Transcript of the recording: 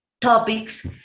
topics